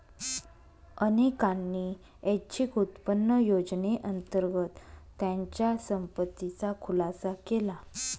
अनेकांनी ऐच्छिक उत्पन्न योजनेअंतर्गत त्यांच्या संपत्तीचा खुलासा केला